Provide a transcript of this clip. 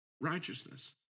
righteousness